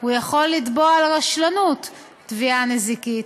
הוא יכול לתבוע על רשלנות תביעה נזיקית.